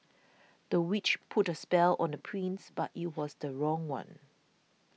the witch put a spell on the prince but it was the wrong one